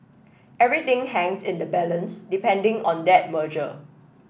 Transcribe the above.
everything hangs in the balance depending on that merger